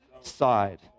side